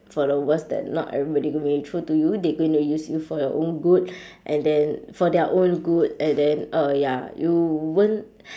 for the worst that not everybody gonna be true to you they going to use you for your good and then for their own good and then uh ya you won't